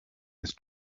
his